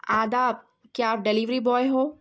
آداب کیا آپ ڈلیوری بوائے ہو